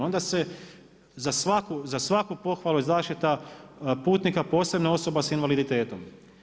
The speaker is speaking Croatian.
Onda se za svaku pohvalu je zaštita putnika posebno osoba sa invaliditetom.